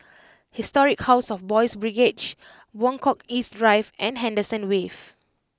Historic House of Boys' Brigade Buangkok East Drive and Henderson Wave